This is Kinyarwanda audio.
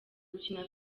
gukina